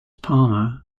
parma